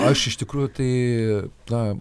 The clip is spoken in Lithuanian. aš iš tikrųjų tai na